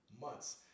Months